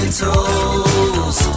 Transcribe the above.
toes